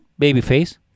babyface